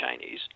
Chinese